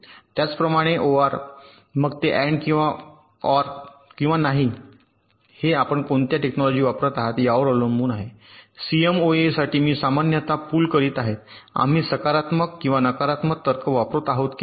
त्याचप्रमाणे OR मग ते AND किंवा OR आहे किंवा नाही हे आपण कोणत्या टेकनोलॉजी वापरत आहात यावर अवलंबून आहे सीएमओएससाठी मी सामान्यत पूल करीत आहे आणि आम्ही सकारात्मक किंवा नकारात्मक तर्क वापरत आहोत की नाही